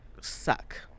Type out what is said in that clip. suck